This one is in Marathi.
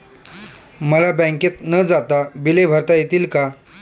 मला बँकेत न जाता बिले भरता येतील का?